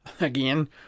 again